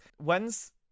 When's